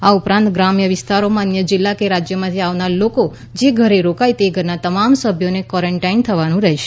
આ ઉપરાંત ગ્રામ્ય વિસ્તારોમાં અન્ય જિલ્લા કે રાજ્યમાંથી આવનારા લોકો જે ઘરે રોકાય તે ઘરના તમામ સભ્યો હોમ કવોરન્ટાઇન થવાનું રહેશે